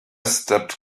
stepped